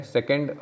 Second